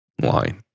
line